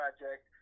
project